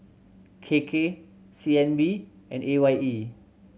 K K C N B and A Y E